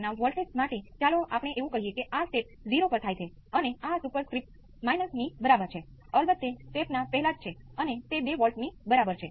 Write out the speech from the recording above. હવે ખરેખર તે કરવાની આ એક સરળ રીત છે આમ કરવાથી તમને તે જ જવાબ મળશે